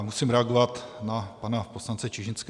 Musím reagovat na pana poslance Čižinského.